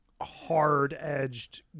hard-edged